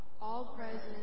all-present